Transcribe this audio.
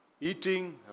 eating